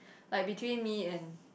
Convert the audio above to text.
like between me and